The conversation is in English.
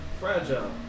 fragile